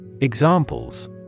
Examples